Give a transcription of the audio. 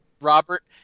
Robert